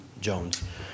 Jones